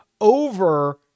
over